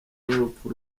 n’urupfu